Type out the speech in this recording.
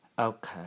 Okay